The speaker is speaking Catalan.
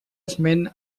esment